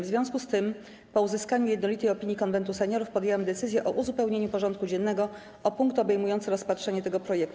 W związku z tym, po uzyskaniu jednolitej opinii Konwentu Seniorów, podjęłam decyzję o uzupełnieniu porządku dziennego o punkt obejmujący rozpatrzenie tego projektu.